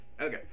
Okay